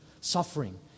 suffering